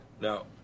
Now